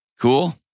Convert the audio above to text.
Cool